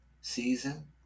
season